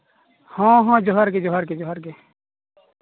ᱦᱮᱸ ᱦᱮᱸ ᱡᱚᱦᱟᱨ ᱜᱮ ᱡᱚᱦᱟᱨ ᱜᱮ